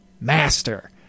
master